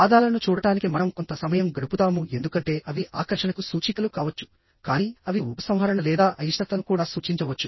పాదాలను చూడటానికి మనం కొంత సమయం గడుపుతాము ఎందుకంటే అవి ఆకర్షణకు సూచికలు కావచ్చుకానీ అవి ఉపసంహరణ లేదా అయిష్టతను కూడా సూచించవచ్చు